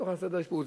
בתוך האשפוז.